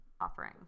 offering